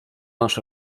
masz